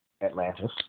Atlantis